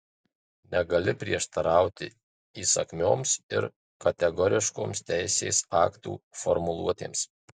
negali prieštarauti įsakmioms ir kategoriškoms teisės aktų formuluotėms